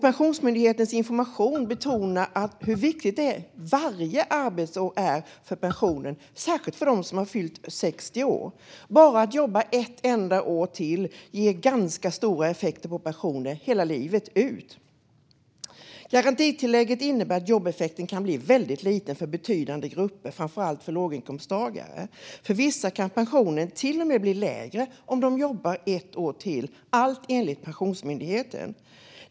Pensionsmyndigheten betonar i sin information hur viktigt varje arbetsår är för pensionen, särskilt för den som har fyllt 60 år. Bara att jobba ett enda år till ger ganska stora effekter på pensionen livet ut. Garantitillägget innebär att jobbeffekten kan bli väldigt liten för betydande grupper, framför allt för låginkomsttagare. För vissa kan pensionen till och med bli lägre om de jobbar ett år till - allt enligt Pensionsmyndigheten.